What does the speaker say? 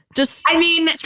just i mean,